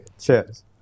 Cheers